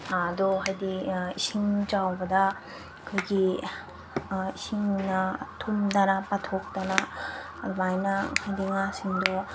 ꯑꯗꯣ ꯍꯥꯏꯗꯤ ꯏꯁꯤꯡ ꯆꯥꯎꯕꯗ ꯑꯩꯈꯣꯏꯒꯤ ꯏꯁꯤꯡꯅ ꯊꯨꯝꯗꯅ ꯄꯥꯊꯣꯛꯇꯅ ꯑꯗꯨꯃꯥꯏꯅ ꯍꯥꯏꯗꯤ ꯉꯥꯁꯤꯡꯗꯣ